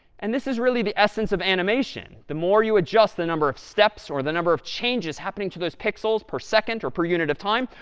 and this is really the essence of animation. the more you adjust the number of steps or the number of changes happening to those pixels per second or per unit of time,